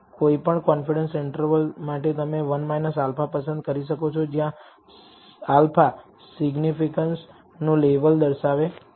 કોઈપણ confidence interval માટે તમે 1 α પસંદ કરી શકો છો જ્યાં α સિગ્નિફિકાન્સ નું લેવલ દર્શાવે છે